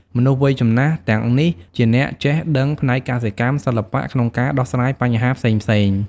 មនុស្សវ័យចំណាស់ទាំងនេះជាអ្នកចេះដឹងផ្នែកកសិកម្ម សិល្បៈ ក្នុងការដោះស្រាយបញ្ហាផ្សេងៗ។